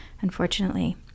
unfortunately